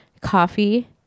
coffee